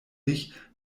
ich